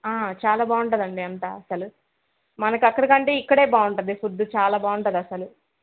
చాలా బాగుంటుంది అండి అంతా అసలు మనకు అక్కడ కంటే ఇక్కడ బాగుంటుంది ఫుడ్డు చాలా బాగుంటుంది అసలు